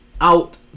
out